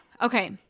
Okay